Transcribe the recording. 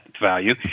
value